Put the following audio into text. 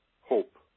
hope